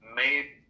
made